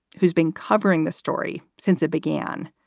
who's been covering this story since it began.